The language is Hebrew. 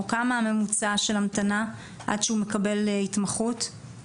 מה ממוצע משך ההמתנה עד שהוא מקבל התמחות?